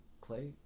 Clay